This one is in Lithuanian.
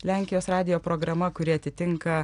lenkijos radijo programa kuri atitinka